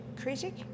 critic